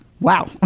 wow